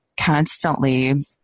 constantly